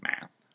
math